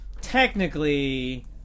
Technically